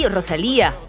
Rosalía